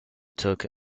took